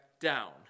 down